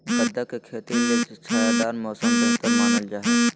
गदा के खेती ले छायादार मौसम बेहतर मानल जा हय